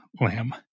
lamb